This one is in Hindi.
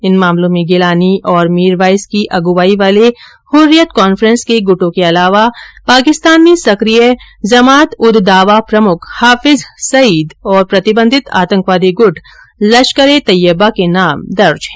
इन मामलों में गिलानी और मीरवाइज की अगुवाई वाले हुर्रियत कॉन्फ्रेंस के गुटों के अलावा पाकिस्तान में सक्रिय जमात उद दावा प्रमुख हाफिज सईद और प्रतिबंधित आतंकवादी गुट लश्कर ए तैयबा के नाम दर्ज हैं